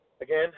Again